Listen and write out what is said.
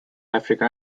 africa